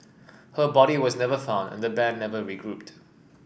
her body was never found and the band never regrouped